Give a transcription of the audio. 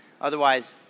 otherwise